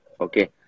Okay